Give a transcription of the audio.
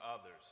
others